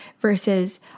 versus